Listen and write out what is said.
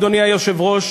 אדוני היושב-ראש,